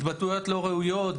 התבטאויות לא ראויות,